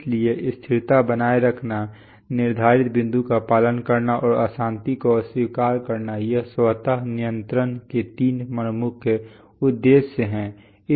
इसलिए स्थिरता बनाए रखना निर्धारित बिंदु का पालन करना और अशांति को अस्वीकार करना ये स्वत नियंत्रण के तीन प्रमुख उद्देश्य हैं